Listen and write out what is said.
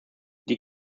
die